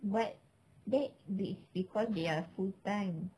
but that bakes because they are full time